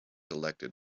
elected